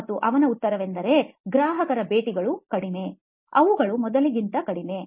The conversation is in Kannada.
ಮತ್ತು ಅವನ ಉತ್ತರವೆಂದರೆ ಗ್ರಾಹಕರ ಭೇಟಿಗಳು ಕಡಿಮೆ ಅವುಗಳು ಮೊದಲಿಗಿಂತ ಕಡಿಮೆ